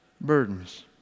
burdens